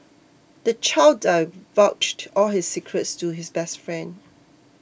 the child divulged all his secrets to his best friend